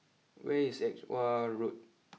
where is Edgware Road